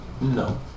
No